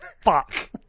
Fuck